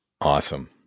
Awesome